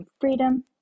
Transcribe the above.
freedom